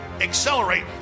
accelerate